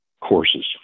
courses